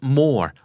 more